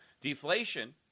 deflation